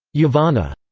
yavana.